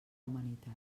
humanitat